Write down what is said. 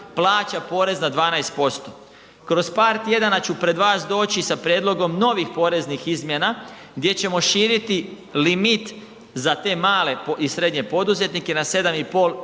plaća porez na 12%. Kroz par tjedana ću pred vas doći sa prijedlogom novih poreznih izmjena gdje ćemo širiti limit za te male i srednje poduzetnike na 7,5